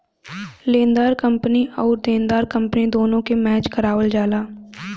लेनेदार कंपनी आउर देनदार कंपनी दुन्नो के मैच करावल जाला